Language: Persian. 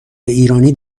ایرانی